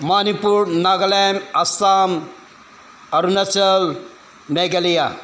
Manipur Nagaland Assam Arunachal Meghalaya